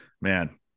man